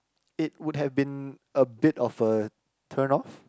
it would have been a bit of a turn off